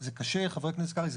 חבר הכנסת קרעי,